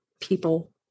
people